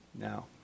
Now